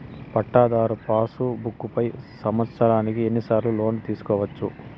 ఒక పట్టాధారు passbook పై సంవత్సరానికి ఎన్ని సార్లు లోను తీసుకోవచ్చు?